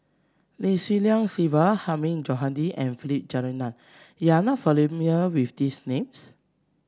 Lim Swee Lian Sylvia Hilmi Johandi and Philip Jeyaretnam you are not with these names